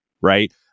Right